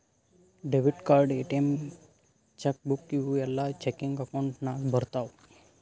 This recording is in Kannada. debit card, ATM, cheque book ಇವೂ ಎಲ್ಲಾ ಚೆಕಿಂಗ್ ಅಕೌಂಟ್ ನಾಗ್ ಬರ್ತಾವ್